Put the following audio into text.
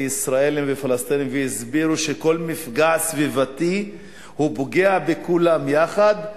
ישראלים ופלסטינים והסבירו שכל מפגע סביבתי פוגע בכולם יחד,